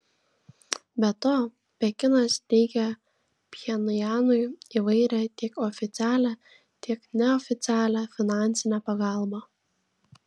be to pekinas teikia pchenjanui įvairią tiek oficialią tiek neoficialią finansinę pagalbą